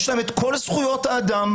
יש להם את כל זכויות האדם.